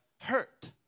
Hurt